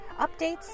Updates